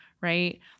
right